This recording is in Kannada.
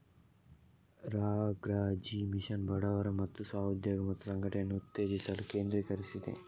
ರಾ.ಗ್ರಾ.ಜೀ ಮಿಷನ್ ಗ್ರಾಮೀಣ ಬಡವರ ಸ್ವ ಉದ್ಯೋಗ ಮತ್ತು ಸಂಘಟನೆಯನ್ನು ಉತ್ತೇಜಿಸಲು ಕೇಂದ್ರೀಕರಿಸಿದೆ